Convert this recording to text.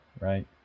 right